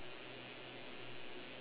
oh okay